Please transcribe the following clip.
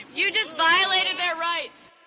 you just violated their rights